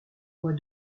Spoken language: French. mois